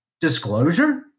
disclosure